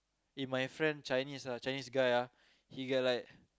eh my friend Chinese ah Chinese guy ah he get like